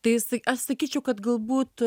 tai jisai aš sakyčiau kad galbūt